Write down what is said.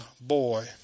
boy